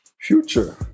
Future